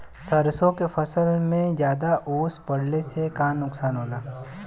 सरसों के फसल मे ज्यादा ओस पड़ले से का नुकसान होला?